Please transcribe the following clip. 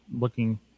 looking